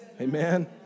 Amen